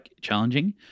challenging